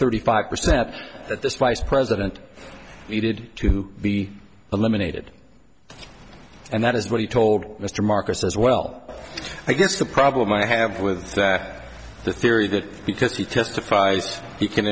thirty five percent that this vice president needed to be eliminated and that is what he told mr marcus as well i guess the problem i have with that the theory that because he testifies he can